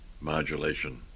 modulation